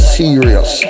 serious